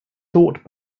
thought